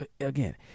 again